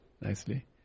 nicely